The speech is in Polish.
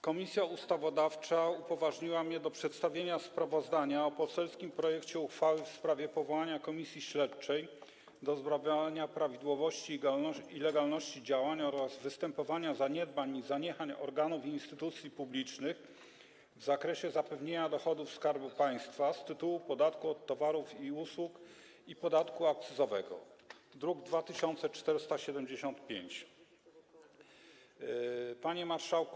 Komisja Ustawodawcza upoważniła mnie do przedstawienia sprawozdania o poselskim projekcie uchwały w sprawie powołania Komisji Śledczej do zbadania prawidłowości i legalności działań oraz występowania zaniedbań i zaniechań organów i instytucji publicznych w zakresie zapewnienia dochodów Skarbu Państwa z tytułu podatku od towarów i usług i podatku akcyzowego, druk nr 2475. Panie Marszałku!